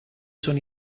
sono